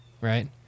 right